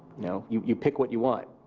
know, you you pick what you want.